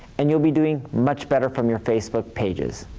and you'll be doing much better from your facebook pages.